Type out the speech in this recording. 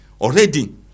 already